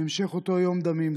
בהמשך אותו יום דמים,